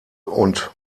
und